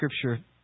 scripture